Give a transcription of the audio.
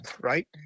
right